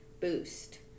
boost